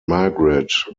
margaret